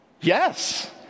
Yes